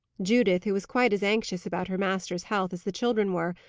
judith, who was quite as anxious about her master's health as the children were,